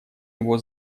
его